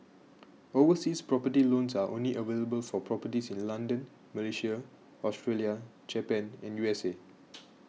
overseas property loans are only available for properties in London Malaysia Australia Japan and U S A